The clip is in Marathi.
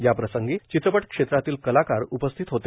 या प्रसंगी चित्रपट क्षेत्रातील कलाकार उपस्थित होते